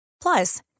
Plus